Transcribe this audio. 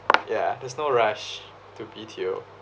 ya there's no rush to B_T_O